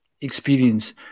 experience